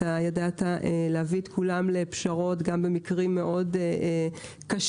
ידעת להביא את כולם לפשרות גם במקרים מאוד קשים,